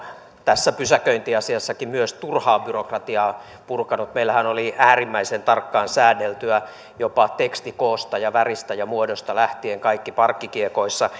tässä pysäköintiasiassakin myös turhaa byrokratiaa purkanut meillähän oli äärimmäisen tarkkaan säänneltyä jopa tekstikoosta ja väristä ja muodosta lähtien kaikki parkkikiekoissa